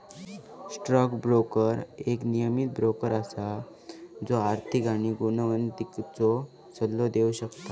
stock broker एक नियमीत broker असा जो आर्थिक आणि गुंतवणुकीचो सल्लो देव शकता